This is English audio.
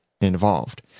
involved